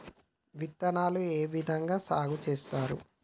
విత్తనాలు ఏ విధంగా సాగు చేస్తారు?